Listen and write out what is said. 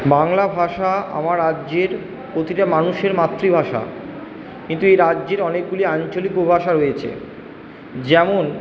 বাংলা ভাষা আমার রাজ্যের প্রতিটা মানুষের মাতৃভাষা কিন্তু এই রাজ্যের অনেকগুলি আঞ্চলিক উপভাষা রয়েছে যেমন